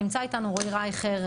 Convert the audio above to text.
נמצא איתנו רועי רייכר,